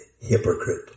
Hypocrite